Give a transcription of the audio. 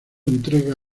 entrega